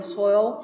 soil